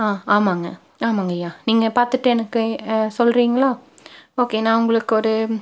ஆ ஆமாங்க ஆமாங்கய்யா நீங்கள் பார்த்துட்டு எனக்கு சொல்கிறீங்களா ஓகே நான் உங்களுக்கு ஒரு